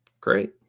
Great